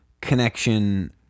connection